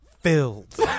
filled